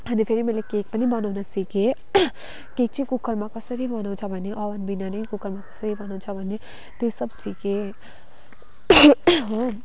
अनि फेरि मैले केक पनि बनाउनु सिकेँ केक चाहिँ कुकरमा कसरी बनाउँछ भने ओभन बिना नै कुकरमा कसरी बनाउँछ भन्ने त्यो सब सिकेँ हो